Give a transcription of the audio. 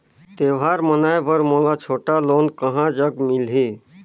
त्योहार मनाए बर मोला छोटा लोन कहां जग मिलही?